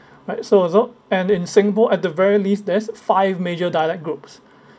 right so and so and in singapore at the very least there's five major dialect groups